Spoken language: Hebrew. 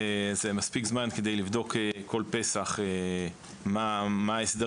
זה מספיק זמן כדי לבדוק כל פסח מה ההסדר